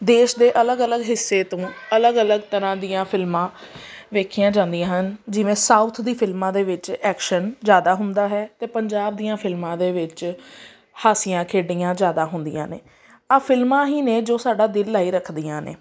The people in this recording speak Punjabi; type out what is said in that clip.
ਦੇਸ਼ ਦੇ ਅਲੱਗ ਅਲੱਗ ਹਿੱਸੇ ਤੋਂ ਅਲੱਗ ਅਲੱਗ ਤਰ੍ਹਾਂ ਦੀਆਂ ਫਿਲਮਾਂ ਦੇਖੀਆਂ ਜਾਂਦੀਆਂ ਹਨ ਜਿਵੇਂ ਸਾਊਥ ਦੀ ਫਿਲਮਾਂ ਦੇ ਵਿੱਚ ਐਕਸ਼ਨ ਜ਼ਿਆਦਾ ਹੁੰਦਾ ਹੈ ਅਤੇ ਪੰਜਾਬ ਦੀਆਂ ਫਿਲਮਾਂ ਦੇ ਵਿੱਚ ਹਾਸੀਆਂ ਖੇਡੀਆਂ ਜ਼ਿਆਦਾ ਹੁੰਦੀਆਂ ਨੇ ਆਹ ਫਿਲਮਾਂ ਹੀ ਨੇ ਜੋ ਸਾਡਾ ਦਿਲ ਲਗਾਈ ਰੱਖਦੀਆਂ ਨੇ